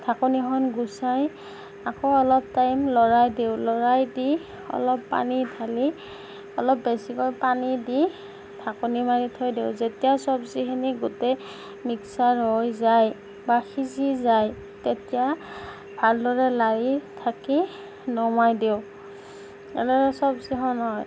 ঢাকনিখন গুচাই আকৌ অলপ টাইম লৰাই দিওঁ লৰাই দি অলপ পানী ঢালি অলপ বেছিকৈ পানী দি ঢাকনি মাৰি থৈ দিওঁ যেতিয়া চব্জিখিনি গোটেই মিক্সাৰ হৈ যায় বা সিজি যায় তেতিয়া ভালদৰে লাৰি থাকি নমাই দিওঁ এনেকে চব্জিখন হয়